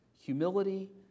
humility